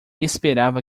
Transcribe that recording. esperava